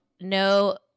No